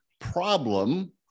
problem